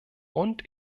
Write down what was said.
und